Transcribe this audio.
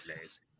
days